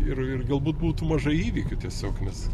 ir ir galbūt būtų mažai įvykių tiesiog nes